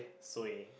suay